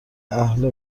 اهل